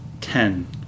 Ten